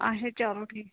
اَچھا چلو ٹھیٖک